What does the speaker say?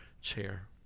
chair